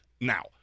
Now